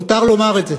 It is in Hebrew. מותר לומר את זה.